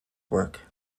work